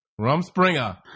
Rumspringer